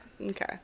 Okay